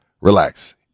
relax